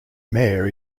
mayor